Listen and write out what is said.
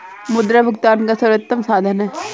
मुद्रा भुगतान का सर्वोत्तम साधन है